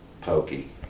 pokey